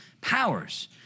powers